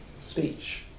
speech